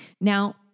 Now